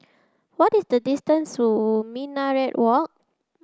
what is the distance zoo Minaret Walk